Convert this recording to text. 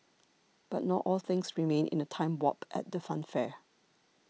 but not all things remain in a time warp at the funfair